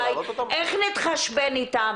איך נתחשבן איתן?